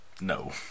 No